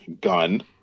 Gun